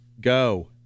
Go